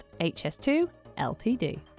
HS2LTD